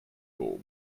boom